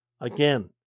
Again